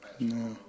No